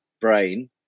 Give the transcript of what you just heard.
brain